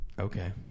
Okay